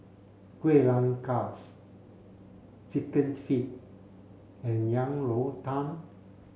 Kuih Rengas chicken feet and Yang Rou Tang